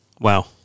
Wow